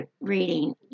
reading